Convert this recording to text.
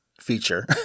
feature